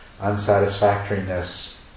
unsatisfactoriness